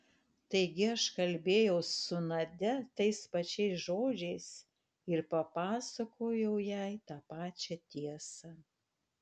taigi aš kalbėjau su nadia tais pačiais žodžiais ir papasakojau jai tą pačią tiesą